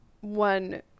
one